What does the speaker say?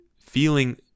feeling